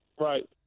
Right